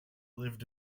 lived